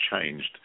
changed